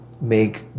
make